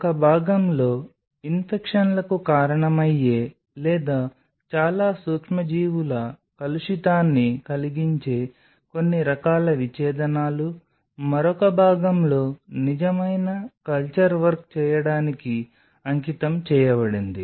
ఒక భాగంలో ఇన్ఫెక్షన్లకు కారణమయ్యే లేదా చాలా సూక్ష్మజీవుల కలుషితాన్ని కలిగించే కొన్ని రకాల విచ్ఛేదనలు మరొక భాగంలో నిజమైన కల్చర్ వర్క్ చేయడానికి అంకితం చేయబడింది